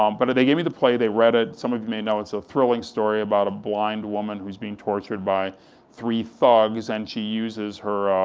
um but they gave me the play, they read it. some of you may know, it's a thrilling story about a blind woman who's being tortured by three thugs, and she uses her,